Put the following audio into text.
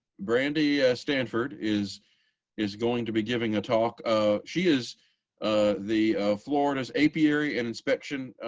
brandi stanford is is going to be giving a talk. ah she is the florida's apiary and inspection,